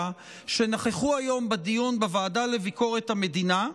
שנכחו היום בדיון בוועדה לביקורת המדינה,